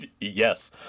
Yes